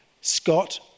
Scott